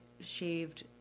shaved